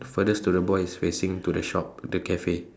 furthest to the boy is facing to the shop the cafe